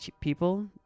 people